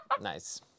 Nice